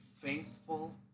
faithful